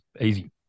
easy